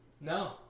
No